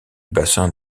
bassin